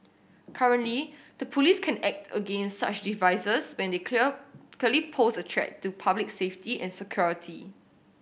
currently the police can act against such devices when they clear clearly pose a threat to public safety and security